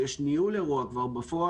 וכבר יש ניהול אירוע בפועל,